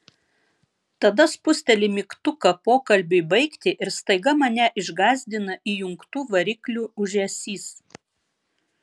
tada spusteli mygtuką pokalbiui baigti ir staiga mane išgąsdina įjungtų variklių ūžesys